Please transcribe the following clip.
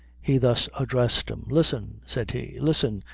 he thus addressed them listen, said he, listen,